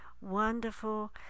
wonderful